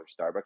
Starbucks